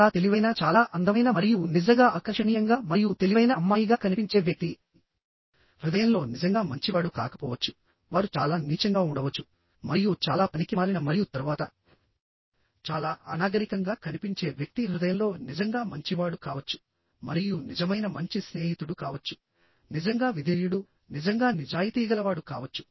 చాలా తెలివైన చాలా అందమైన మరియు నిజంగా ఆకర్షణీయంగా మరియు తెలివైన అమ్మాయిగా కనిపించే వ్యక్తి హృదయంలో నిజంగా మంచివాడు కాకపోవచ్చు వారు చాలా నీచంగా ఉండవచ్చు మరియు చాలా పనికిమాలిన మరియు తరువాత చాలా అనాగరికంగా కనిపించే వ్యక్తి హృదయంలో నిజంగా మంచివాడు కావచ్చు మరియు నిజమైన మంచి స్నేహితుడు కావచ్చు నిజంగా విధేయుడు నిజంగా నిజాయితీగలవాడు కావచ్చు